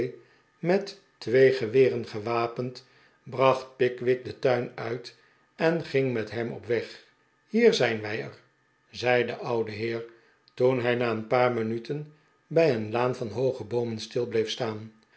met twee geweren gewapend bracht pickwick den tuin uit en ging met hem op weg hier zijn wij er zei de oude heer toen hij na een paar minuten bij een laan van hooge boomen stil bleef staan